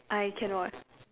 I can what